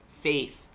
faith